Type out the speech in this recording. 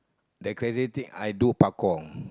that crazy thing I do parkour